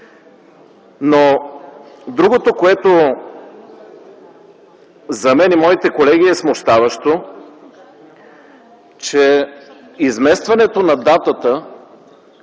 Другото, което за мен и моите колеги е смущаващо, че изместването на датата,